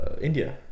India